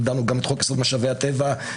הגדרנו גם את חוק-יסוד: משאבי הטבע,